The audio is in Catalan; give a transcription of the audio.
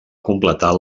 completar